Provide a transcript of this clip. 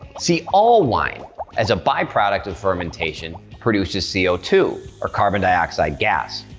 see, all wine as a by-product of fermentation produces c o two, or carbon dioxide gas.